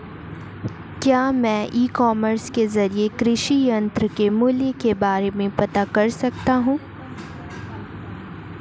क्या मैं e commerce के ज़रिए कृषि यंत्र के मूल्य के बारे में पता कर सकता हूँ?